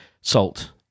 salt